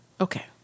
Okay